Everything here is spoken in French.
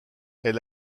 est